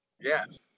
Yes